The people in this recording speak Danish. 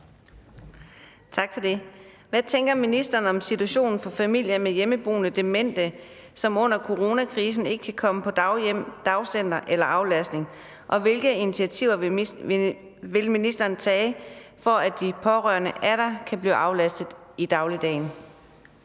Hvad tænker ministeren om situationen for familier med hjemmeboende demente, som under coronakrisen ikke kan komme på daghjem, dagcenter eller aflastning, og hvilke initiativer vil ministeren tage, for at de pårørende atter kan blive aflastet i dagligdagen?